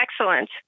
excellent